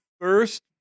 first